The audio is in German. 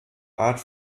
art